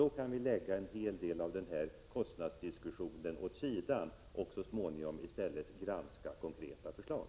Då kunde vi lägga en hel del av kostnadsdiskussionen åt sidan och så småningom i stället granska konkreta förslag.